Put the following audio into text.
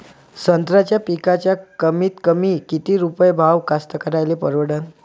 संत्र्याचा पिकाचा कमीतकमी किती रुपये भाव कास्तकाराइले परवडन?